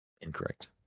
Incorrect